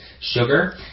Sugar